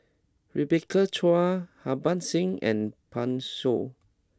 Rebecca Chua Harbans Singh and Pan Shou